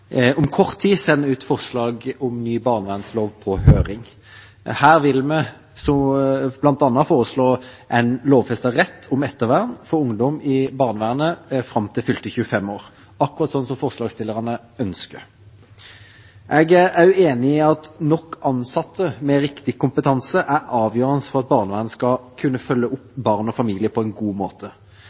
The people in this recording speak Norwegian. om kort tid sende ut forslag om ny barnevernslov på høring. Her vil vi bl.a. foreslå en lovfestet rett om ettervern for ungdom i barnevernet fram til fylte 25 år, akkurat sånn som forslagsstillerne ønsker. Jeg er enig i at nok ansatte med riktig kompetanse er avgjørende for at barnevernet skal kunne følge opp barn og familier på en god måte.